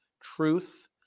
truth